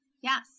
Yes